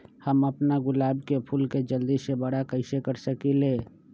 हम अपना गुलाब के फूल के जल्दी से बारा कईसे कर सकिंले?